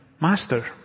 Master